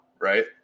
Right